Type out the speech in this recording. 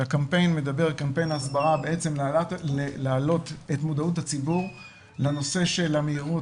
כשקמפיין ההסברה מדבר על העלאת מודעות הציבור לנושא של המהירות